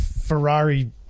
Ferrari